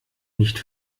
nicht